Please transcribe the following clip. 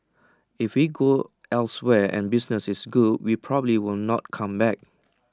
and if we go elsewhere and business is good we probably will not come back